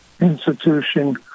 institution